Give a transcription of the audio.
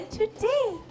today